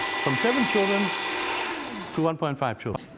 from seven children to one point five children.